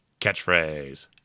catchphrase